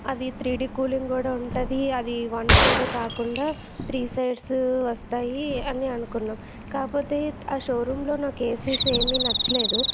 అది three D cooling కూడా ఉంటుంది అది వన్ సైడ్ ఏ కాకుండా త్రీ సైడ్స్ వస్తాయి అని అనుకున్నాం కాకపోతే ఆ షో రూమ్ లో నాకు ఏసెస్ ఏమి నచ్చలేదు